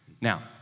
Now